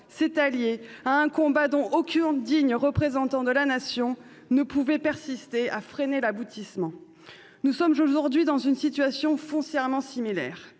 s'est alliée à un combat dont aucun digne représentant de la Nation ne pouvait continuer à freiner l'aboutissement. Nous sommes, aujourd'hui, dans une situation foncièrement similaire.